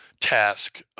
task